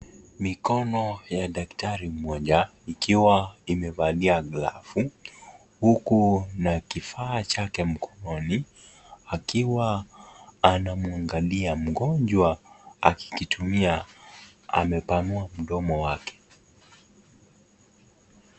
Mikono ya daktari mmoja ikiwa imevalia glavu huku na kifaa chake mkononi, akiwa anamwangalia mgonjwa akikitumia amepanua mdomo wake.